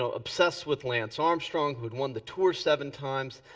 so obsessed with lance armstrong who had won the tour seven times.